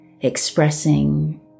expressing